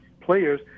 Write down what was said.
players